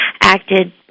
acted